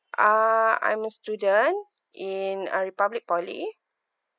uh I'm still a student in uh republic poly